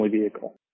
vehicle